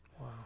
Wow